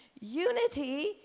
Unity